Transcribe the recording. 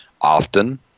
often